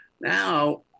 Now